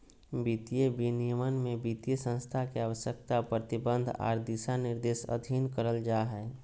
वित्तीय विनियमन में वित्तीय संस्थान के आवश्यकता, प्रतिबंध आर दिशानिर्देश अधीन करल जा हय